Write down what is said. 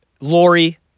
Lori